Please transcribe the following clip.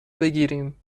بگیریم